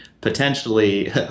potentially